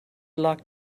luck